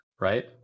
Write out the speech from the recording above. right